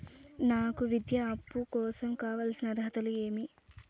నాకు విద్యా అప్పు కోసం కావాల్సిన అర్హతలు ఏమి?